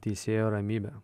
teisėjo ramybė